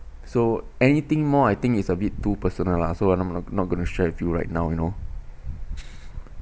so anything more I think is a bit too personal lah so I'm not not going to share with you right now you know